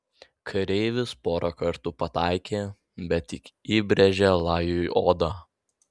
kareivis porą kartų pataikė bet tik įbrėžė lajui odą